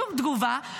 שום תגובה,